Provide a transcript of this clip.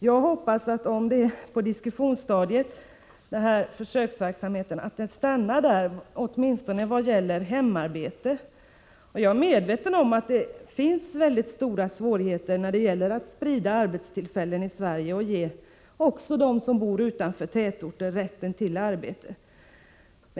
Jag hoppas att den här försöksverksamheten stannar på diskussionsstadiet, åtminstone såvitt angår hemarbetet. Jag är medveten om att svårigheterna är stora när det gäller att sprida arbetstillfällena i Sverige och ge också dem som bor utanför tätorter rätt till arbete.